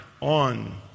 on